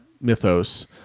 mythos